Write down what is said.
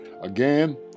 Again